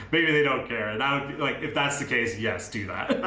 maybe they don't care. and ah like if that's the case, yes. do that.